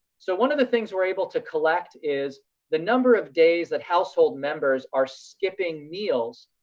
so one of the things we're able to collect is the number of days that household members are skipping meals